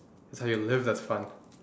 it's how you live that's fun